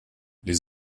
les